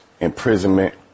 imprisonment